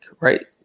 right